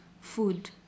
food